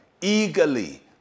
eagerly